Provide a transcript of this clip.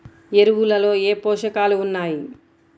ఎరువులలో ఏ పోషకాలు ఉన్నాయి?